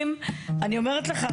אני אומרת לך,